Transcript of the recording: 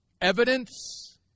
evidence